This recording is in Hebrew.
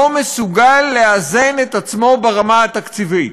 לא מסוגל לאזן את עצמו ברמה התקציבית,